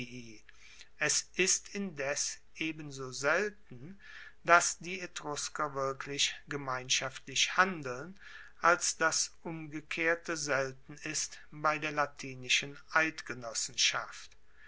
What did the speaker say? es ist indes ebenso selten dass die etrusker wirklich gemeinschaftlich handeln als das umgekehrte selten ist bei der latinischen eidgenossenschaft